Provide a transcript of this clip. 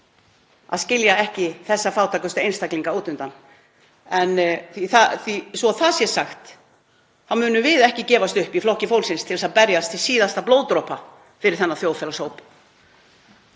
að skilja ekki þessa fátækustu einstaklinga út undan? Svo það sé sagt þá munum við ekki gefast upp í Flokki fólksins og berjast til síðasta blóðdropa fyrir þennan þjóðfélagshóp.